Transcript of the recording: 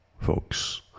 folks